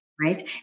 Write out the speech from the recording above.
Right